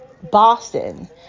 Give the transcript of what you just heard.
Boston